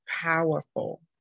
powerful